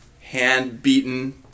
Hand-beaten